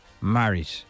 married